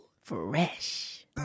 Fresh